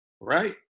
right